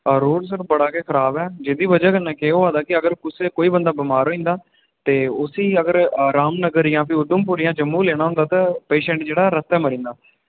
road sir बड़ा गै खराब ऐ जेह्दी बजह कन्नै केह् होआ दा कि अगर कुसै कोई बंदा बमार होई जंदा ते उसी अगर रामनगर जां फ्ही उधमपुर जां जम्मू लेना होंदा ते पेशैंट जेह्ड़ा रस्ते मरी जंदा